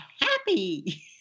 happy